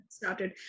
started